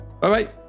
Bye-bye